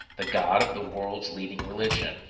the god of the world's leading religion.